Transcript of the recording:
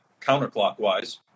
counterclockwise